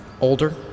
Older